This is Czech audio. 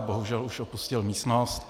Bohužel už opustil místnost.